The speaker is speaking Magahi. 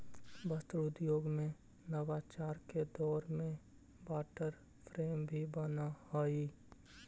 वस्त्र उद्योग में नवाचार के दौर में वाटर फ्रेम भी बनऽ हई